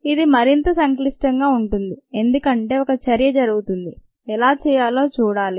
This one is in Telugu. ఇది మరింత సంక్లిష్టంగా ఉంటుంది ఎందుకంటే ఒక చర్య జరుగుతుంది ఎలా చేయాలో చూడాలి